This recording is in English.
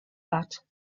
but